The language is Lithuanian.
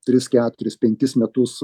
tris keturis penkis metus